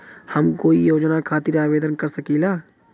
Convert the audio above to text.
हम कोई योजना खातिर आवेदन कर सकीला?